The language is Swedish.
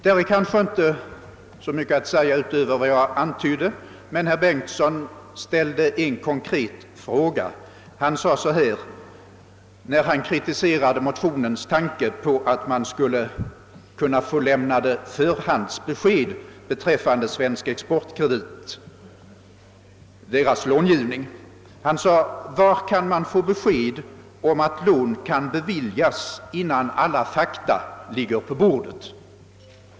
Det är kanske inte så mycket mer att säga utöver vad jag tidigare anfört, men jag vill ta upp den konkreta fråga som ställdes av herr Bengtsson när han kritiserade motionernas tanke att förhandsbesked skulle lämnas beträffande AB Svensk exportkredits långivning. Herr Bengtsson frågade var den ordningen gäller att man kan få besked huruvida lån kan beviljas innan alla fakta ligger på bordet.